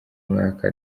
umwaka